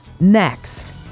Next